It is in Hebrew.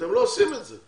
ואתם לא עושים את זה.